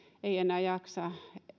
ei sitten enää jaksa